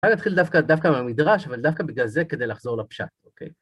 אני אתחיל דווקא, דווקא מהמדרש, אבל דווקא בגלל זה כדי לחזור לפשט, אוקיי?